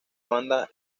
banda